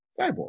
Cyborg